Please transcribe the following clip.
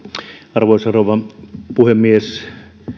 arvoisa rouva puhemies